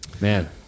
Man